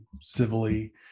civilly